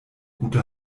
gute